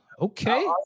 okay